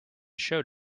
showed